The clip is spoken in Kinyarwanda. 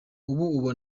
ubu